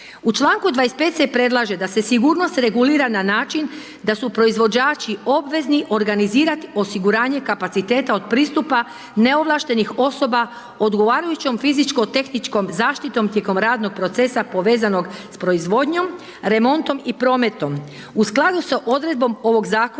U čl. 25 se predlaže da se sigurnost regulira na način da su proizvođači obvezni organizirati osiguranje kapaciteta od pristupa neovlaštenih osoba odgovarajućom fizičko-tehničkom zaštitom tijekom radnog procesa povezanog s proizvodnjom, remontom i prometom. U skladu s odredbom ovog zakona